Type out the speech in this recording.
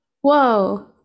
whoa